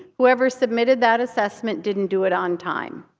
whoever submitted that assessment didn't do it on time.